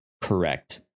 correct